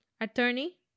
attorney